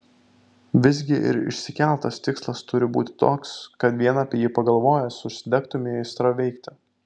visgi ir išsikeltas tikslas turi būti toks kad vien apie jį pagalvojęs užsidegtumei aistra veikti